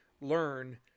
learn